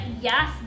yes